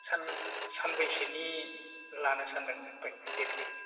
सान सानबैसेनि लानो सानदों ओमफ्राय देटखौ